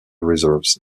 reserves